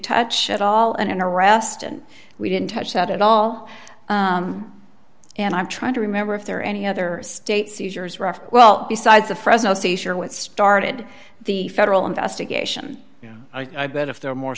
touch at all and arrest and we didn't touch that at all and i'm trying to remember if there are any other state seizures rough well besides the fresno ca sure what started the federal investigation yeah i bet if there are more